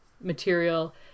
material